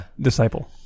disciple